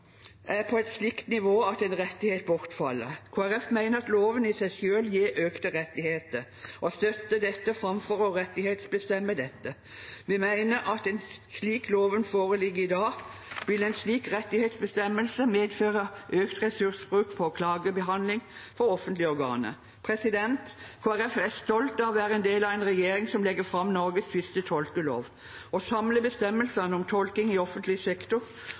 på et slikt nivå at en rettighet bortfaller. Kristelig Folkeparti mener at loven i seg selv gir økte rettigheter, og støtter dette framfor å rettighetsbestemme dette. Vi mener at slik loven foreligger i dag, vil en slik rettighetsbestemmelse medføre økt ressursbruk på klagebehandling for offentlige organer. Kristelig Folkeparti er stolt av å være del av en regjering som legger fram Norges første tolkelov. Ved å samle bestemmelsene om tolking i offentlig sektor